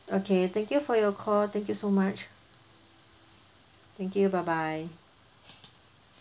okay thank you for your call thank you so much thank you bye bye